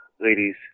ladies